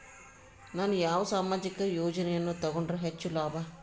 ನಾನು ಯಾವ ಸಾಮಾಜಿಕ ಯೋಜನೆಯನ್ನು ತಗೊಂಡರ ಹೆಚ್ಚು ಲಾಭ?